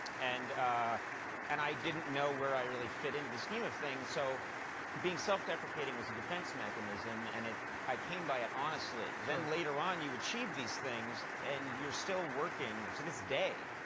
and ah and i didn't know where i really fit into the scheme of things. so being self-deprecating was a defense mechanism, and i came by it honestly. then later on you achieve these things, and you're still working to this day,